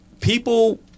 people